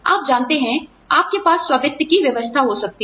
आप जानते हैं आपके पास स्व वित्त की व्यवस्था हो सकती है